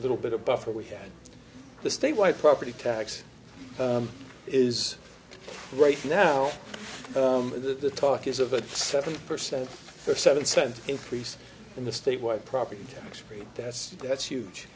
little bit of buffer we had the statewide property tax is right now the talk is of a seven percent or seven cent increase in the statewide property tax rate that's that's huge